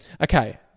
Okay